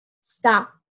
stop